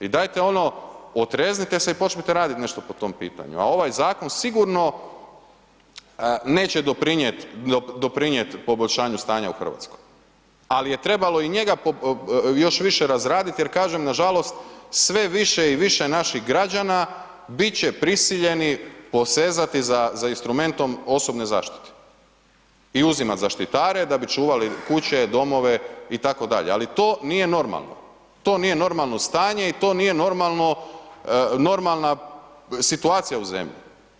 I dajte ono, otrijeznite se i počnite radit nešto po tom pitanju a ovaj zakon sigurno neće doprinijeti poboljšanju stanja u Hrvatskoj ali je trebalo i njega još više razradit jer kažem, nažalost sve više i više naših građana bit će prisiljeni posezati za instrumentom osobne zaštite i uzimat zaštitare da bi čuvali kuće, domove, itd., ali to nije normalno, to nije normalno stanje i to nije normalna situacija u zemlji.